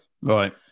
Right